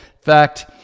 fact